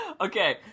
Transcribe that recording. Okay